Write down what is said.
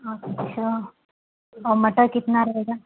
अच्छा और मटर कितना रहेगा